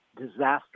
disaster